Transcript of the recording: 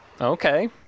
Okay